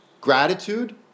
gratitude